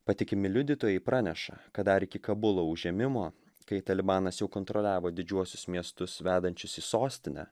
patikimi liudytojai praneša kad dar iki kabulo užėmimo kai talibanas jau kontroliavo didžiuosius miestus vedančius į sostinę